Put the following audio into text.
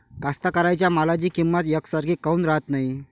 कास्तकाराइच्या मालाची किंमत यकसारखी काऊन राहत नाई?